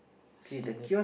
see nex~